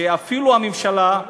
כשאפילו הממשלה,